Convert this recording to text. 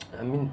I mean